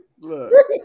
Look